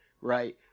right